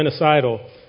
genocidal